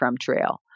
trail